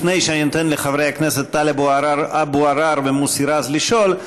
לפני שאני נותן לחברי הכנסת טלב אבו עראר ומוסי רז לשאול,